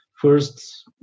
first